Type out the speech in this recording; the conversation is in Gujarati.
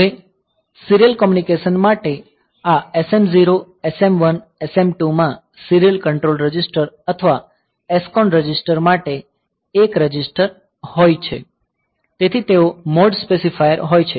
હવે સીરીયલ કોમ્યુનિકેશન માટે આ SM0 SM1 SM2 માં સીરીયલ કંટ્રોલ રજિસ્ટર અથવા SCON રજિસ્ટર માટે એક રજિસ્ટર હોય છે તેથી તેઓ મોડ સ્પેસિફાયર હોય છે